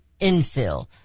infill